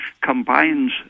combines